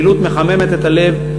פעילות מחממת את הלב.